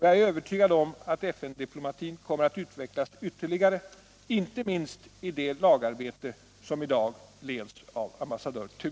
Jag är övertygad om att FN diplomatin kommer att utvecklas ytterligare, icke minst i det lagarbete som i dag leds av ambassadör Thunborg.